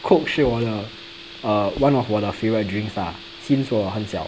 coke 是我的 err one of 我的 favourite drinks lah since 我很小